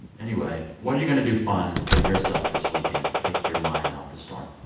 anyway, what are you going to do fun for yourself this weekend to take your mind off the storm?